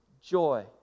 joy